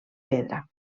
pedra